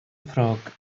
frog